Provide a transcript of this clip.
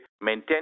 maintain